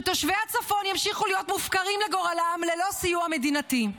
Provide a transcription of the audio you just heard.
שתושבי הצפון ימשיכו להיות מופקרים לגורלם ללא סיוע מדינתי.